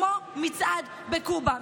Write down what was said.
כמו מצעד בקובה.